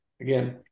again